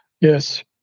Yes